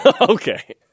Okay